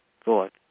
thought